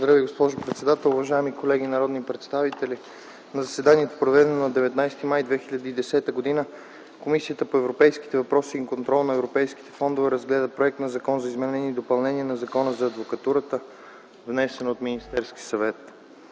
Уважаеми господин министър, уважаеми колеги народни представители! „На заседанието, проведено на 21 април 2010 г., Комисията по европейските въпроси и контрол на европейските фондове разгледа проект на Закон за изменение и допълнение на Закона за енергетиката, внесен от Министерския съвет.